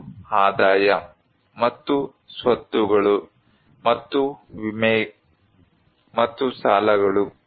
ಒಂದು ಆದಾಯ ಮತ್ತು ಸ್ವತ್ತುಗಳು ಮತ್ತು ವಿಮೆ ಮತ್ತು ಸಾಲಗಳು